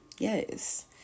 Yes